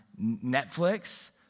Netflix